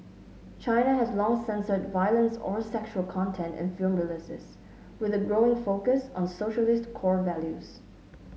China has long censored violence or sexual content in film releases with a growing focus on socialist core values